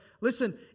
listen